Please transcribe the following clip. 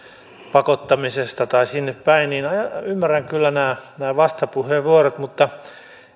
pakottamisesta tai sinnepäin niin ymmärrän kyllä nämä vastapuheenvuorot mutta